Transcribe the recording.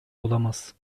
olamaz